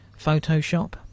photoshop